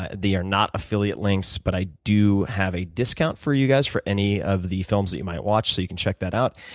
ah are not affiliate links, but i do have a discount for you guys for any of the films that you might watch, so you can check that out.